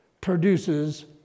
produces